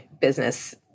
business